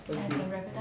okay